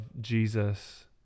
Jesus